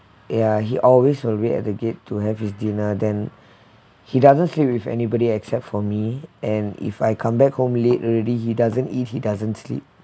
ya he always will wait at the gate to have his dinner then he doesn't sleep with anybody except for me and if I come back home late already he doesn't eat he doesn't sleep